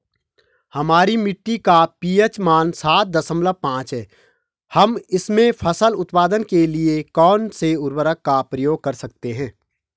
हमारी मिट्टी का पी.एच मान सात दशमलव पांच है हम इसमें फसल उत्पादन के लिए कौन से उर्वरक का प्रयोग कर सकते हैं?